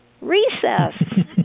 recess